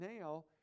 now